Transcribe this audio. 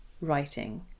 writing